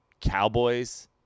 Cowboys